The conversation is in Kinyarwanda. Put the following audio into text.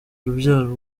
urubyaro